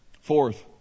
Fourth